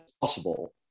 possible